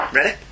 Ready